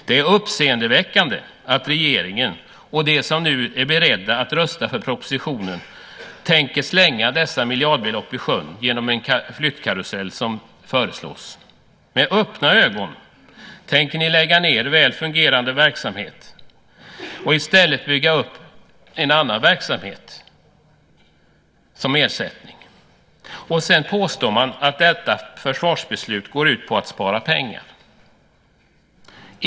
Det är uppseendeväckande att regeringen och de som nu är beredda att rösta för propositionen tänker slänga dessa miljardbelopp i sjön genom den flyttkarusell som föreslås. Med öppna ögon tänker ni lägga ned väl fungerande verksamhet och i stället bygga upp en annan verksamhet som ersättning. Sedan påstår man att detta försvarsbeslut går ut på att spara pengar.